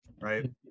right